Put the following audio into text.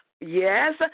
yes